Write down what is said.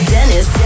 Dennis